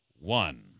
one